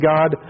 God